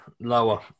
Lower